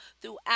throughout